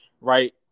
Right